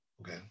okay